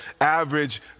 average